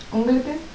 உங்கலுக்கு:ungkalukku